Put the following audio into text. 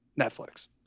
Netflix